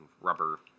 rubber